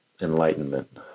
enlightenment